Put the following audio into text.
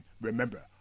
remember